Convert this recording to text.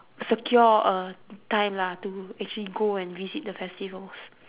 secure a time lah to actually go and visit the festivals